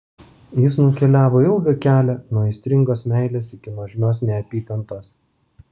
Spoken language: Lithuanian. jis nukeliavo ilgą kelią nuo aistringos meilės iki nuožmios neapykantos